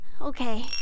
okay